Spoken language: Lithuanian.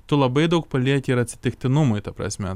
tu labai daug palieki ir atsitiktinumui ta prasme